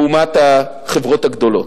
לעומת החברות הגדולות.